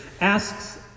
asks